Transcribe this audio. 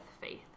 faith